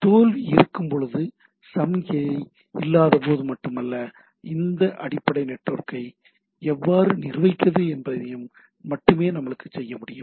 தோல்வி இருக்கும்போது சமிக்ஞை இல்லாதபோது மட்டுமல்ல இந்த அடிப்படை நெட்வொர்க்கை எவ்வாறு நிர்வகிப்பது என்பதையும் மட்டுமே நாம் செய்ய முடியும்